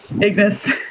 Ignis